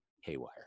haywire